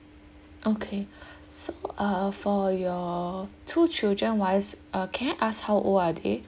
okay so uh for your two children wise uh can I asked how old are they